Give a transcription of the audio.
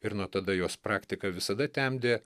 ir nuo tada jos praktika visada temdė